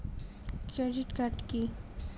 Credit card key?